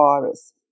virus